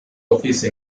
office